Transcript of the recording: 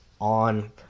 on